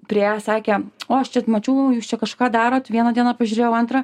priėjo sakė o aš čia mačiau jūs čia kažką darot vieną dieną pažiūrėjau antrą